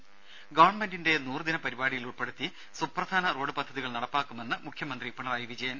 ത ഗവൺമെന്റിന്റെ നൂറുദിന പരിപാടിയിൽ ഉൾപ്പെടുത്തി സുപ്രധാന റോഡ് പദ്ധതികൾ നടപ്പാക്കുമെന്ന് മുഖ്യമന്ത്രി പിണറായി വിജയൻ